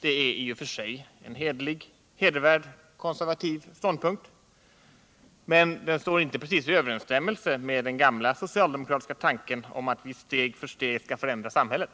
Det är i och för sig en hedervärd konservativ ståndpunkt, men den står inte precis i överensstämmelse med den gamla socialdemokratiska tanken att vi steg för steg skall förändra samhället.